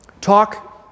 talk